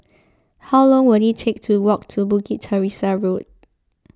how long will it take to walk to Bukit Teresa Road